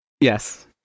Yes